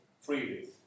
freely